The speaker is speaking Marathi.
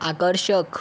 आकर्षक